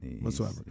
whatsoever